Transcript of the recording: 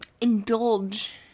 indulge